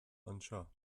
anseo